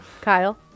Kyle